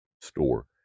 store